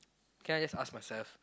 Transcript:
can I just ask myself